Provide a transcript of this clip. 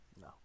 No